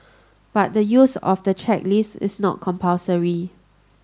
but the use of the checklist is not compulsory